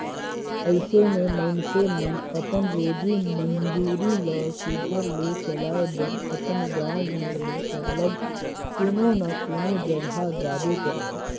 अइसे में मइनसे मन अपन रोजी मंजूरी ल सुग्घर ले चलाए बर अपन गाँव घर ले सरलग कोनो न कोनो जगहा जाबे करथे